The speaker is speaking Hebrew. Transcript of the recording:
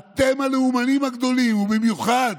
אתם הלאומנים הגדולים, ובמיוחד